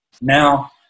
Now